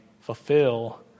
fulfill